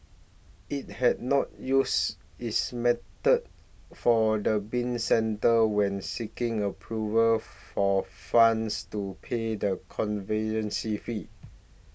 it had not used this method for the bin centre when seeking approval for funds to pay the fee